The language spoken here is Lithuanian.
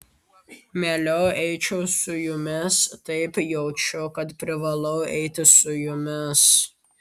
mieliau eičiau su jumis taip jaučiu kad privalau eiti su jumis